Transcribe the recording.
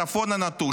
מול הצפון הנטוש,